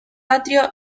atrio